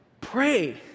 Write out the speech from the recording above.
Pray